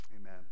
amen